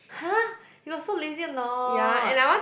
!huh! you got so lazy a not